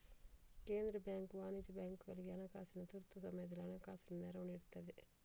ಕೇಂದ್ರ ಬ್ಯಾಂಕು ವಾಣಿಜ್ಯ ಬ್ಯಾಂಕುಗಳಿಗೆ ಹಣಕಾಸಿನ ತುರ್ತು ಸಮಯದಲ್ಲಿ ಹಣಕಾಸಿನ ನೆರವು ನೀಡ್ತದೆ